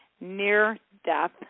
near-death